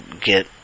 get